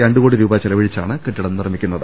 രണ്ടുകോടി രൂപ ചെല വഴിച്ചാണ് കെട്ടിടം നിർമ്മിക്കുന്നത്